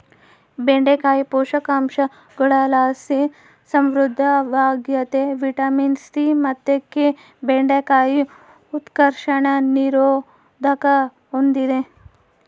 ಬೆಂಡೆಕಾಯಿ ಪೋಷಕಾಂಶಗುಳುಲಾಸಿ ಸಮೃದ್ಧವಾಗ್ಯತೆ ವಿಟಮಿನ್ ಸಿ ಮತ್ತು ಕೆ ಬೆಂಡೆಕಾಯಿ ಉತ್ಕರ್ಷಣ ನಿರೋಧಕ ಹೂಂದಿದೆ